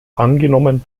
angenommen